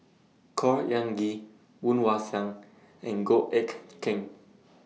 Khor Ean Ghee Woon Wah Siang and Goh Eck Kheng